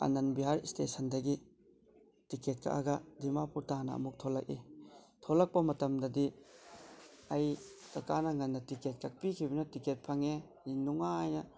ꯑꯅꯟ ꯕꯤꯍꯥꯔ ꯁ꯭ꯇꯦꯁꯟꯗꯒꯤ ꯇꯤꯛꯀꯦꯠ ꯀꯛꯑꯒ ꯗꯤꯃꯥꯄꯨꯔ ꯇꯥꯟꯅ ꯑꯃꯨꯛ ꯊꯣꯛꯂꯛꯏ ꯊꯣꯛꯂꯛꯄ ꯃꯇꯝꯗꯗꯤ ꯑꯩ ꯀꯀꯥꯅ ꯉꯟꯅ ꯇꯤꯛꯀꯦꯠ ꯀꯛꯄꯤꯈꯤꯕꯅ ꯇꯤꯛꯀꯦꯠ ꯐꯪꯉꯦ ꯑꯩ ꯅꯨꯉꯥꯏꯅ